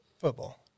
football